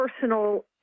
personal